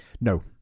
No